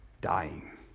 dying